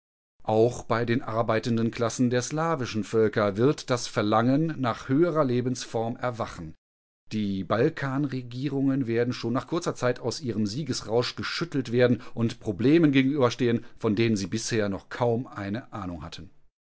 auch bei den arbeitenden klassen der slavischen völker wird das verlangen nach höherer lebensform erwachen die balkanregierungen werden schon nach kurzer zeit aus ihrem siegesrausch geschüttelt werden und problemen gegenüber stehen von denen sie bisher noch kaum eine ahnung hatten